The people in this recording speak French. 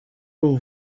aux